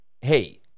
hey